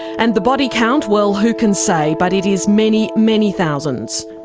and the body count, well, who can say but it is many, many thousands.